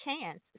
chance